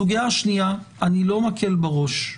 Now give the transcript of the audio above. הסוגיה השנייה, אני לא מקל בה ראש.